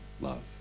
love